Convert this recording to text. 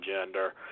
gender